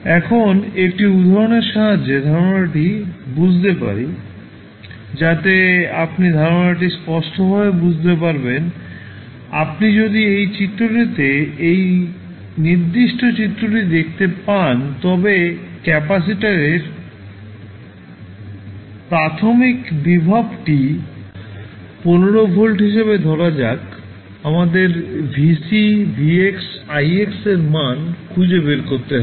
এখন একটি উদাহরণের সাহায্যে ধারণাটি বুঝতে পারি যাতে আপনি ধারণাটি স্পষ্টভাবে বুঝতে পারবেন আপনি যদি এই চিত্রটিতে এই নির্দিষ্ট চিত্রটি দেখতে পান তবে ক্যাপাসিটরের প্রাথমিক ভোল্টেজটি 15 ভোল্ট হিসাবে ধরা যাক আমাদের vC vx ix এর মান খুঁজে বের করতে হবে